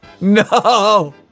No